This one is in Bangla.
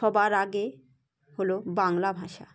সবার আগে হল বাংলা ভাষা